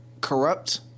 corrupt